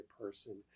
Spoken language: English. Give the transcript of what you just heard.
person